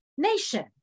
nation